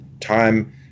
Time